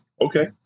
okay